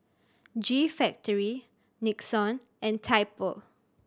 G Factory Nixon and Typo